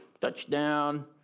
touchdown